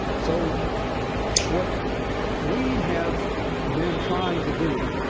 so what we have been trying to do,